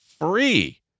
free